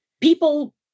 people